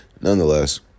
nonetheless